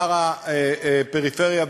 השר לפיתוח הפריפריה,